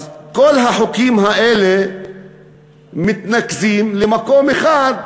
אז כל החוקים האלה מתנקזים למקום אחד,